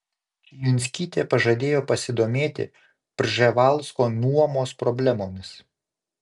čijunskytė pažadėjo pasidomėti prževalsko nuomos problemomis